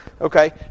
Okay